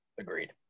agreed